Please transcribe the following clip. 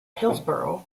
hillsborough